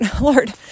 Lord